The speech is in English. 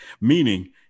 Meaning